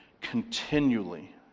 continually